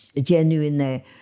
genuinely